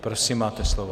Prosím, máte slovo.